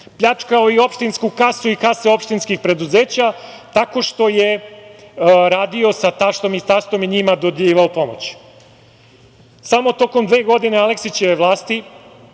pljačkao i opštinsku kasu i kase opštinskih preduzeća, tako što je radio sa taštom i tastom i njima dodeljivao pomoć. Samo tokom dve godine Aleksićeve vlasti